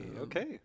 okay